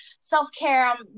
self-care